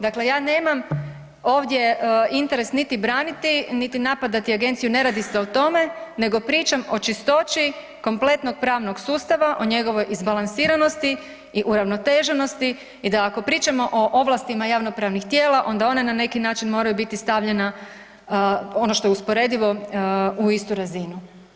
Dakle, ja nemam ovdje interes niti braniti, niti napadati agenciju, ne radi se o tome nego pričam o čistoći kompletnog pravnog sustava, o njegovoj izbalansiranosti i uravnoteženosti i da ako pričamo o ovlastima javnopravnih tijela onda one na neki način moraju biti stavljena, ono što je usporedivo, u istu razinu.